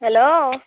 hello